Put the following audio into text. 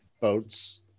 votes